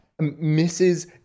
Mrs